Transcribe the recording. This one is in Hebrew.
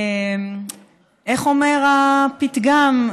איך אומר הפתגם?